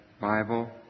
Bible